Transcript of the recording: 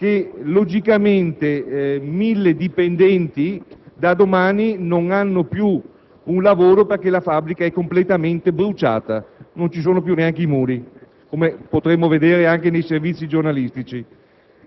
da domani mille dipendenti non avranno più un lavoro perché la fabbrica è completamente bruciata; non ci sono più neanche i muri, come si potrà vedere anche dai servizi giornalistici.